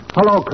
Hello